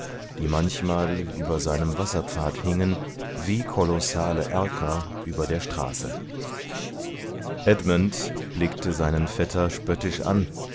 die manchmal über seinem wasserpfad hingen wie kolossale erker über der straße edmund blickte seinen vetter spöttisch an